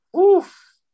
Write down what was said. oof